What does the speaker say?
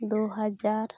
ᱫᱩ ᱦᱟᱡᱟᱨ